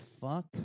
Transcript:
fuck